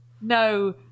no